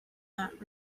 that